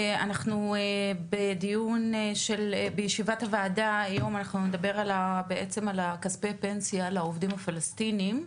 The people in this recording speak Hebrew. אנחנו בישיבת הוועדה היום נדבר על כספי הפנסיה של העובדים הפלסטינים.